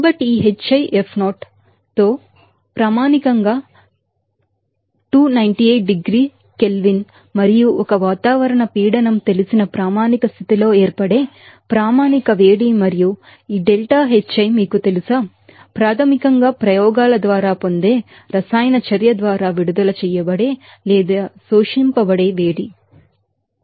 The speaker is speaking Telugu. కాబట్టి ఈ Hfi0 టోపీ ప్రాథమికంగా 298 డిగ్రీల కెల్విన్ మరియు 1 అట్ఠమోస్ఫెరిక్ ప్రెషర్ తెలిసిన స్టాండర్డ్ కండిషన్లో ఏర్పడే స్టాండర్డ్ హీట్ మరియు ఈ ΔHi మీకు తెలుసా ప్రాథమికంగా ప్రయోగాల ద్వారా పొందే రసాయన చర్య ద్వారా విడుదల చేయబడే లేదా అబ్సర్బ్డే హీట్